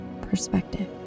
perspective